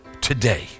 today